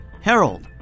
Harold